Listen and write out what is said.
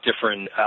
different